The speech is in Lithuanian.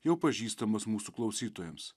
jau pažįstamas mūsų klausytojams